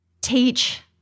teach